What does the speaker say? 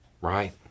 right